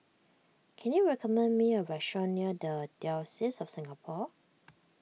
can you recommend me a restaurant near the Diocese of Singapore